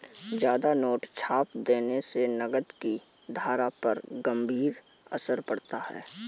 ज्यादा नोट छाप देने से नकद की धारा पर गंभीर असर पड़ता है